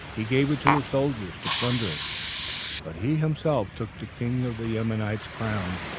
he gave it to his soldiers to plunder it but he himself took the king of the ammonites' crown,